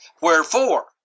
wherefore